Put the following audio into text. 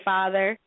father